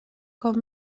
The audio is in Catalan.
com